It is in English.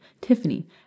Tiffany